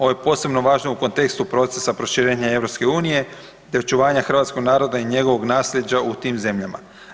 Ovo je posebno važno u kontekstu procesa proširenja EU-a te očuvanja hrvatskog naroda i njegovog nasljeđa u tim zemljama.